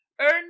earn